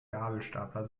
gabelstapler